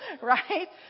Right